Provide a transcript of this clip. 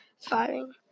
firing